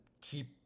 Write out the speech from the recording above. keep